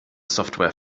software